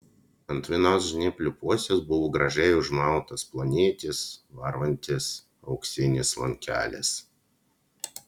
ant vienos žnyplių pusės buvo gražiai užmautas plonytis varvantis auksinis lankelis